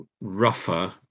rougher